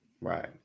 right